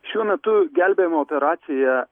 šiuo metu gelbėjimo operacija